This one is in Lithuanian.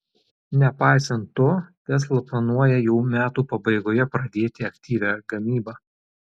nepaisant to tesla planuoja jau metų pabaigoje pradėti aktyvią gamybą